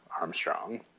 Armstrong